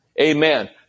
Amen